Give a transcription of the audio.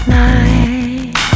night